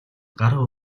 гараа